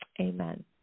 Amen